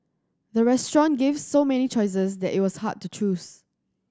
the restaurant gave so many choices that it was hard to choose